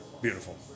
beautiful